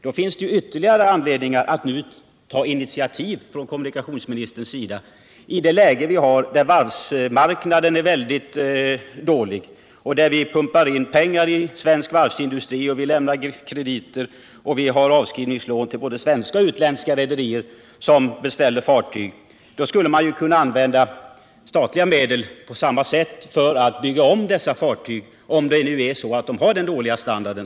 Då finns det ju ytterligare anledning att nu ta initiativ från kommunikationsministerns sida i det läge vi har, där varvsmarknaden är mycket dålig och där man pumpar in pengar i svensk varvsindustri, lämnar krediter och ger avskrivningslån till både svenska och utländska rederier som beställer fartyg. Då skulle man kunna använda statliga medel på samma sätt föratt bygga om dessa fartyg — om det nu är så att de har så dålig standard.